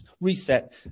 reset